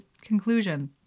conclusion